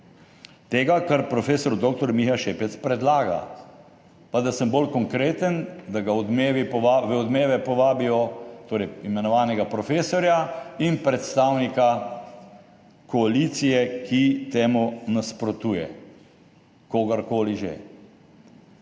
tega, kar profesor dr. Miha Šepec predlaga. Pa da sem bolj konkreten, da v Odmeve povabijo imenovanega profesorja in predstavnika koalicije, ki temu nasprotuje, kogarkoli že.